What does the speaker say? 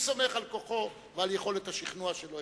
הוא סומך על כוחו ועל יכולת השכנוע שלו,